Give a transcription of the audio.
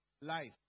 life